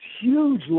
huge